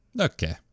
Okay